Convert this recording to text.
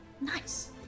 Nice